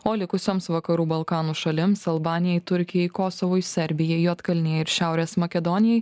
o likusioms vakarų balkanų šalims albanijai turkijai kosovui serbijai juodkalnijai ir šiaurės makedonijai